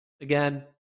Again